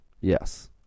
Yes